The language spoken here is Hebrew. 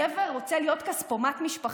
גבר רוצה להיות כספומט משפחתי?